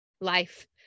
life